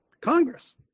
Congress